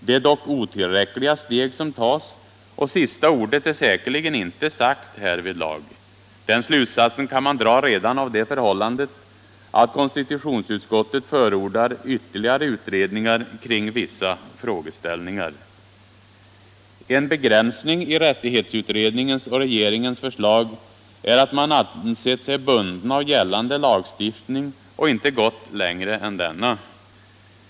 Det är dock otillräckliga steg som tas, och sista ordet är säkerligen inte sagt härvidlag. Den slutsatsen kan man dra redan av det förhållandet att konstitutionsutskottet förordar ytterligare utredningar kring vissa frågeställningar. En begränsning i rättighetsutredningens och regeringens förslag är att man ansett sig bunden av gällande lagstiftning och inte gått längre än denna.